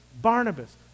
Barnabas